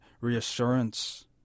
reassurance